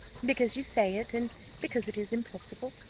because you say it and because it is impossible.